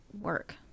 work